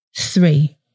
Three